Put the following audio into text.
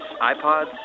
iPods